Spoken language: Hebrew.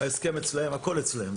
ההסכמים אצלם, הכול אצלם.